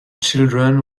children